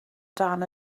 dan